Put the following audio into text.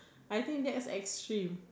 I think that's extreme